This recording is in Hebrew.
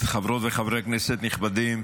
חברות וחברי כנסת נכבדים,